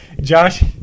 Josh